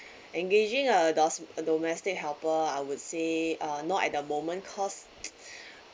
engaging a domes~ a domestic helper I would say uh not at the moment cause